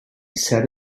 set